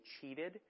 cheated